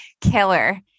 killer